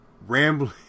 Rambling